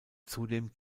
zudem